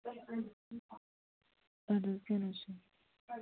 ادٕ حظ کینہہ نہٕ حظ چُھنہٕ